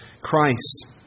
Christ